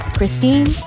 Christine